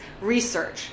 research